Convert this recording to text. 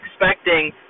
expecting